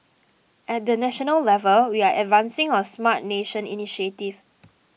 at the national level we are advancing our Smart Nation initiative